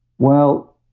well,